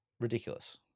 ridiculous